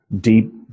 deep